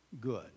good